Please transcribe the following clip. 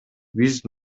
биз